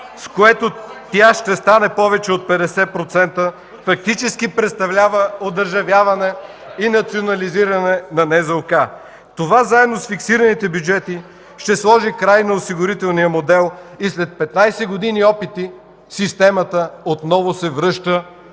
проект. ЕМИЛ РАЙНОВ: Това фактически представлява одържавяване и национализиране на НЗОК. Това заедно с фиксираните бюджети ще сложи край на осигурителния модел. След 15 години опити системата отново се връща